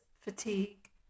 fatigue